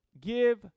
give